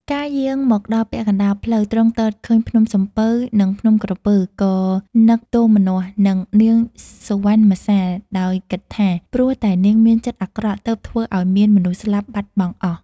កាលយាងមកដល់ពាក់កណ្ដាលផ្លូវ ទ្រង់ទតឃើញភ្នំសំពៅ និងភ្នំក្រពើ ក៏នឹកទោមនស្សនឹងនាងសុវណ្ណមសា ដោយគិតថា ព្រោះតែនាងមានចិត្តអាក្រក់ទើបធ្វើឲ្យមានមនុស្សស្លាប់បាត់បង់អស់។